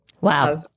Wow